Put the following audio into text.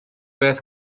beth